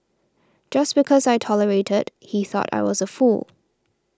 just because I tolerated he thought I was a fool